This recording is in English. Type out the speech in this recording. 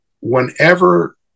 whenever